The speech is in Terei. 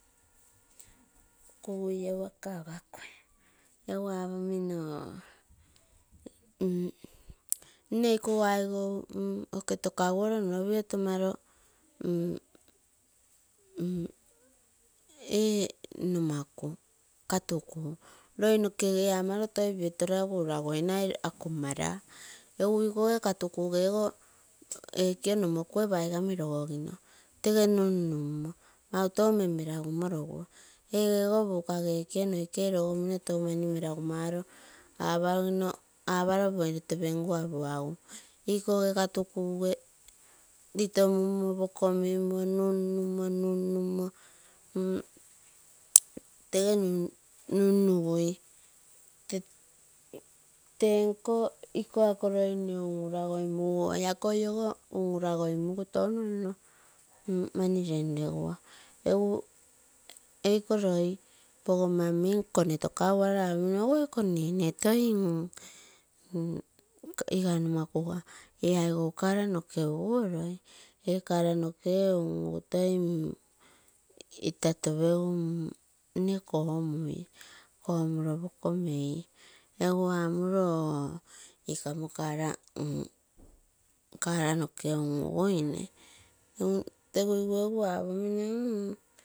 Egu apomino oo nnee ikogo aigou okee tokagu oro nno piotomaroo ee nomaku katukuu, loi nokee amaroo toi pio toraga uragoi nai mara egu igikoge katukugego ekio nomekae paigami rogogino, tege nun-nun mo meautou nno reem mera gamoroguo. Ege ogo bukage ekioo nomokuge keitako rogogino, egu mau meraga maroo amaro moi roto pengua puagu, ikoge katukuge ritoo mimo poko mimo num numo mmo tege nun nugui tee nkoo akoo loi nne un uragoi. Mugani, akoi ogo un urogoi mugu touno nno mani lenleguo, egu eiko loi pogoma min kone tokaguare apomino ogoi kone nnetoi nga nomakuge ee aigou car noke ugu otoi ee ungu toi itatopegu nne komui, komuroo pokoo mei aga amuroo oh ikamo kara noke un uguine teguigu egu aponeino.